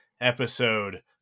episode